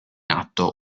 atto